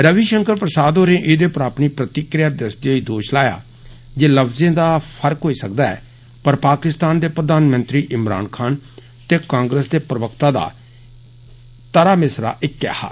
रविषंकर प्रसाद होरें एदे पर अपनी प्रतिक्रिया दस्सदे होई दोश लाया जे लफजें दा फर्क होई सकदा ऐ पर पाकिस्तान दे प्रधानमंत्री इमरान खान ते कांग्रेस दे प्रवक्ता दा तरह मिसरा इक्कै हा